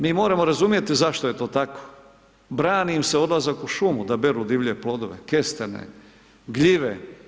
Mi moramo razumjeti zašto je to tako, brani im se odlazak u šumu da beru divlje plodove, kestene, gljive.